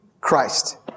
Christ